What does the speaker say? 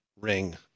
ring